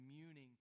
communing